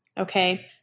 okay